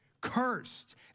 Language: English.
cursed